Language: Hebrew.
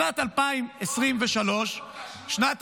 שנת 2023 --- כל הממשלות פה כשלו, אמת, אמת.